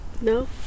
No